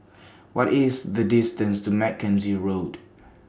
What IS The distance to Mackenzie Road